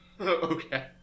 Okay